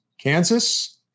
kansas